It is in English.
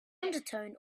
undertone